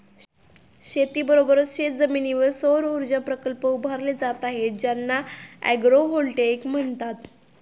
शेतीबरोबरच शेतजमिनीवर सौरऊर्जा प्रकल्प उभारले जात आहेत ज्यांना ॲग्रोव्होल्टेईक म्हणतात